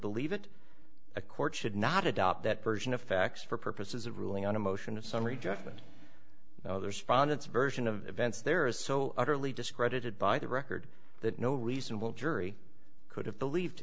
believe it a court should not adopt that version of facts for purposes of ruling on a motion of summary judgment there's found its version of events there is so utterly discredited by the record that no reasonable jury could have believed